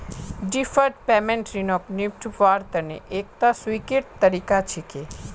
deferred payment ऋणक निपटव्वार तने एकता स्वीकृत तरीका छिके